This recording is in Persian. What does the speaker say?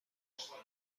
خورد